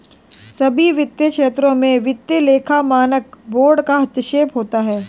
सभी वित्तीय क्षेत्रों में वित्तीय लेखा मानक बोर्ड का हस्तक्षेप होता है